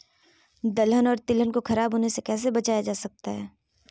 दलहन और तिलहन को खराब होने से कैसे बचाया जा सकता है?